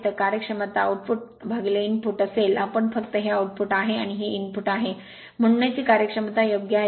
तर कार्यक्षमता output input असेल आम्ही फक्त हे आऊटपुट आहे आणि हे इनपुट आहे म्हणूनच ही कार्यक्षमता योग्य आहे